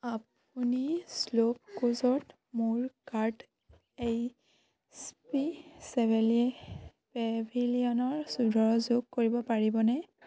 আপুনি শ্ল'পক্লুজত মোৰ কাৰ্ট এইচ পি ছেভেলে পেভিলিয়নৰ চুধৰ যোগ কৰিব পাৰিবনে